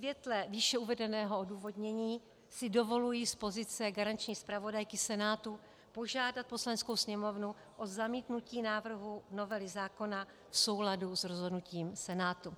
Ve světle výše uvedeného odůvodnění si dovoluji z pozice garanční zpravodajky Senátu požádat Poslaneckou sněmovnu o zamítnutí návrhu novely zákona v souladu s rozhodnutím Senátu.